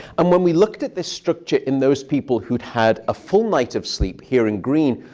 and when we looked at this structure in those people who'd had a full night of sleep here in green,